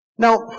Now